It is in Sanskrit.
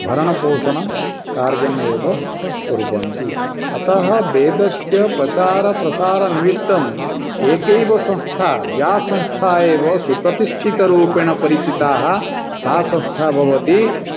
भरणपोषणकार्यमेव कुर्वन्ति अतः वेदस्य प्रचारप्रसारनिमित्तं एकैव संस्था या संस्था एव सुप्रतिष्ठितरूपेण परिचिता सा संस्था भवति